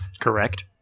Correct